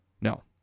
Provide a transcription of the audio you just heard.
no